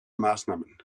maßnahmen